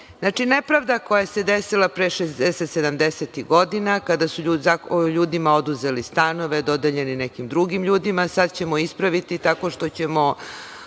Znači, nepravda koja se desila pre 60-ih, 70-ih godina, kada su ljudima oduzeli stanove, dodeljeni nekim drugim ljudima, sada ćemo ispraviti tako što ćemo